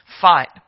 fight